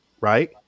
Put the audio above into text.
right